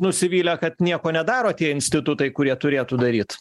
nusivylę kad nieko nedaro tie institutai kurie turėtų daryt